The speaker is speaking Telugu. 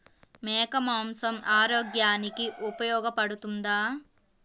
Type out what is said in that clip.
మేక మాంసం ఆరోగ్యానికి ఉపయోగపడుతుందా?